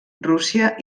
rússia